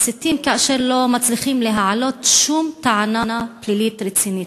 מסיתים כאשר לא מצליחים להעלות שום טענה פלילית רצינית,